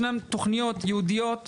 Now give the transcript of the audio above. ישנן תכוניות ייעודיות מבורכות,